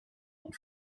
und